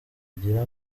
agira